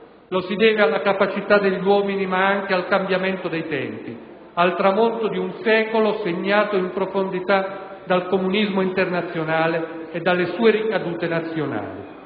Lo si deve alla capacità degli uomini, ma anche al cambiamento dei tempi, al tramonto di un secolo segnato in profondità dal comunismo internazionale e dalle sue ricadute nazionali.